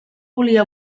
volia